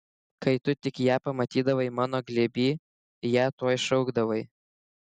kai tu tik ją pamatydavai mano glėby ją tuoj šaukdavai